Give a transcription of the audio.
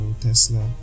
tesla